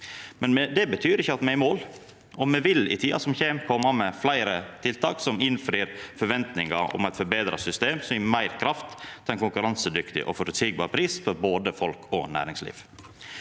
men det betyr ikkje at me er i mål, og i tida som kjem, vil me koma med fleire tiltak som innfrir forventninga om eit forbetra system som gjev meir kraft til ein konkurransedyktig og føreseieleg pris for både folk og næringsliv.